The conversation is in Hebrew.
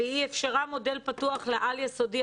מה שאפשר מודל פתוח לעל יסודי.